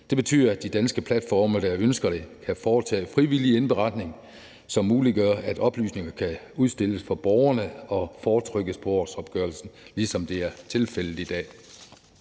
Det betyder, at de danske platforme, der ønsker det, kan foretage frivillig indberetning, som muliggør, at oplysninger kan udstilles for borgerne og fortrykkes på årsopgørelsen, ligesom det er tilfældet i dag.